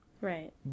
right